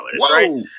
right